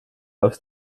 aus